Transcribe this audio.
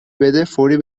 بده، فوری